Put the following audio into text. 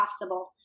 possible